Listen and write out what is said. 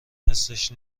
حسش